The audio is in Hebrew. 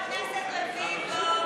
חבר הכנסת רביבו,